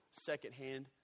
secondhand